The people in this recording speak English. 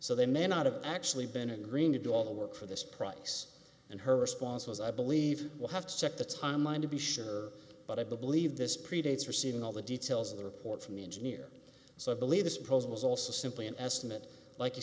so they may not have actually been agreeing to do all the work for this price and her response was i believe we'll have to check the timeline to be sure but i believe this predates receiving all the details of the report from the engineer so i believe this post was also simply an estimate like you